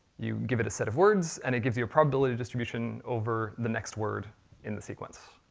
you give it a set of words, and it gives you a probability distribution over the next word in the sequence.